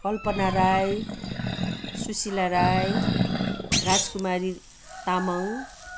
Kalpana Rai Susila Rai Rajkumari Tamang